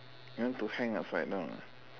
you want to hang upside down ah